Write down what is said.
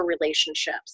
relationships